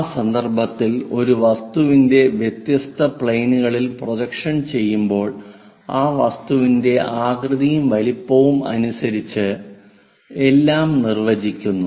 ആ സന്ദർഭത്തിൽ ഒരു വസ്തുവിന്റെ വ്യത്യസ്ത പ്ലെയിനുകളിൽ പ്രൊജക്ഷൻ ചെയ്യുമ്പോൾ ആ വസ്തുവിന്റെ ആകൃതിയും വലുപ്പവും അനുസരിച്ച് എല്ലാം നിർവചിക്കുന്നു